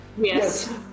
Yes